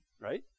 right